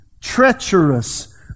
treacherous